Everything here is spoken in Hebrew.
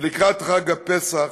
ולקראת חג הפסח,